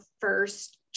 first